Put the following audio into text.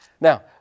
Now